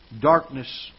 darkness